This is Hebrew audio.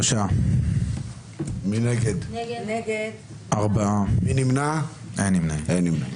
שלושה בעד, ארבעה נגד, אין נמנעים.